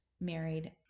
married